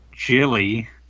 Jilly